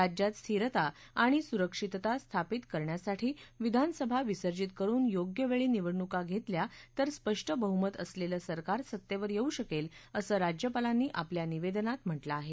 राज्यात स्थिरता आणि सुरक्षितता स्थापित करण्यासाठी विधानसभा विसर्जित करुन योग्य वेळी निवडणूका घेतल्या तर स्पष्ट बह्मत असलेलं सरकार सत्तेवर येऊ शकेल असं राज्यपालांनी आपल्या निवेदनात म्हटलं आहे